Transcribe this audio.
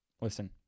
Listen